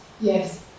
Yes